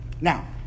Now